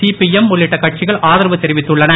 CPM உள்ளிட்ட கட்சிகள் ஆதரவு தெரிவித்துள்ளன